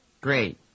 Great